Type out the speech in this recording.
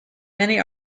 many